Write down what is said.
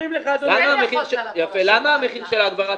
אומרים לך --- למה המחיר של הגברה